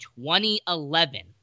2011